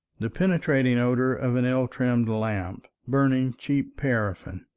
the penetrating odor of an ill-trimmed lamp, burning cheap paraffin.